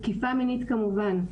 תקיפה מינית כמובן.